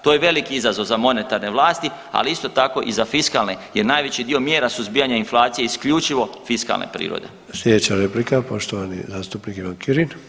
To je velik izazov za monetarne vlasti, ali isto tako i za fiskalne jer najveći dio mjera suzbijanja inflacije je isključivo fiskalne prirode.